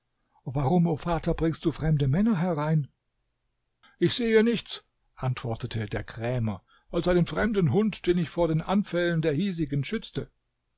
warum o vater bringst du fremde männer herein ich sehe nichts antwortete der krämer als einen fremden hund den ich vor den anfällen der hiesigen schützte